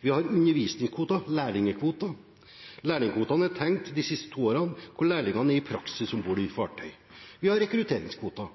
Vi har undervisningskvoter gjennom lærlingekvoter. Lærlingekvotene er tenkt for de siste to årene, hvor lærlingene er i praksis om bord i et fartøy. Vi har også rekrutteringskvoter.